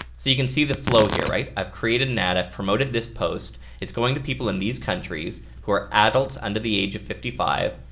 you can see the flow here right? i've created an ad. i've promoted this post. it's going to people in these countries, who are adults under the age of fifty five,